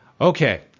okay